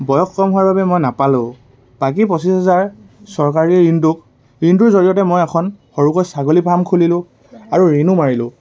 বয়স কম হোৱাৰ বাবে মই নাপালোঁ বাকী পঁচিছ হাজাৰ চৰকাৰী ঋণটোক ঋণটোৰ জৰিয়তে মই এখন সৰুকৈ ছাগলী ফাৰ্ম খুলিলোঁ আৰু ঋণো মাৰিলোঁ